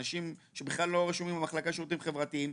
אנשים שלא רשומים במחלקה לשירותים חברתיים,